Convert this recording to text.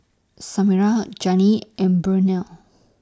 Samira Jannie and Burnell